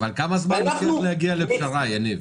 אבל כמה זמן לוקח להגיע לפשרה, יניב?